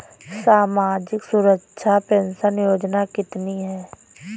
सामाजिक सुरक्षा पेंशन योजना कितनी हैं?